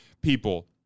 People